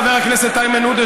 חבר הכנסת איימן עודה,